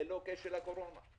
ללא קשר לקורונה.